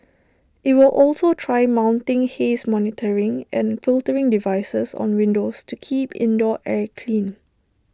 IT will also try mounting haze monitoring and filtering devices on windows to keep indoor air clean